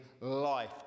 life